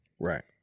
Right